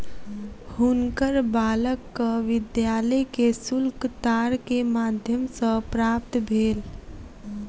हुनकर बालकक विद्यालय के शुल्क तार के माध्यम सॅ प्राप्त भेल